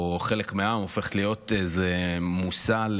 או חלק מהעם, איזה מושא,